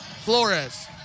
Flores